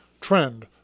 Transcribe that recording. trend